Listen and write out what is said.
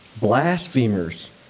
Blasphemers